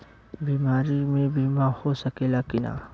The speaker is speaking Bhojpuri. बीमारी मे बीमा हो सकेला कि ना?